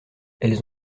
elles